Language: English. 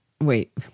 Wait